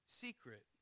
secret